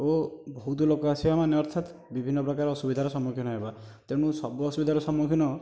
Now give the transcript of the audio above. ଓ ବହୁତ ଲୋକ ଆସିବା ମାନେ ଅର୍ଥାତ ବିଭିନ୍ନ ପ୍ରକାର ଅସୁବିଧାର ସମ୍ମୁଖୀନ ହେବା ତେଣୁ ସବୁ ଅସୁବିଧାର ସମ୍ମୁଖୀନ